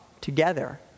together